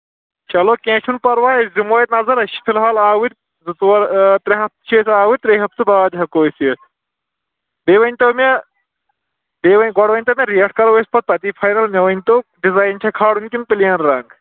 چلو کیٚنہہ چھُنہٕ پَرواے أسی دِمو اَتہِ نَظر أسۍ چھِ فِلحال آوٕرۍ زٕ ژور ترٛےٚ ہَفتہٕ چھِ أسۍ آوٕرۍ ترٛیٚیہِ ہَفتہٕ بعد ہٮ۪کو أسۍ یِتھ بیٚیہِ ؤنۍتو مےٚ بیٚیہِ ؤنۍ گۄڈٕ ؤنۍتو مےٚ ریٹ کرو أسۍ پَتہٕ تٔتی فاینَل مےٚ ؤنۍتو ڈِزایِن چھےٚ کھالُن کِنہٕ پٕلین رنٛگ